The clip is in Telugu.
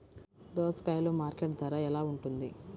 దోసకాయలు మార్కెట్ ధర ఎలా ఉంటుంది?